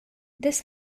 this